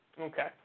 Okay